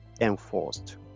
enforced